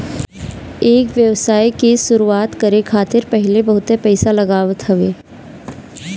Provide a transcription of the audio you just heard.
एकर व्यवसाय के शुरुआत करे खातिर पहिले बहुते पईसा लागत हवे